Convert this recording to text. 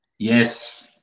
Yes